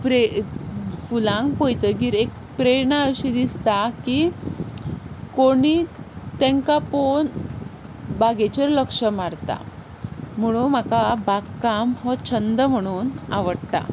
pray फुलांक पळयतकच एक प्रेरणा अशी दिसता की कोणूय तांकां पळोवन बागेचेर लक्ष मारता म्हणून म्हाका बागकाम हो छंद म्हणून आवडटा